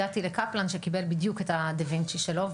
הגעתי לקפלן שבדיוק קיבל את הדה וינצ'י שלו,